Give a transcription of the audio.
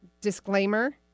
disclaimer